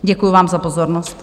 Děkuji vám za pozornost.